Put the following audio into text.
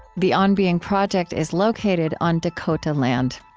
the on being project is located on dakota land.